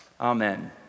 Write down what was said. Amen